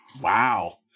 Wow